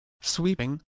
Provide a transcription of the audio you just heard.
Sweeping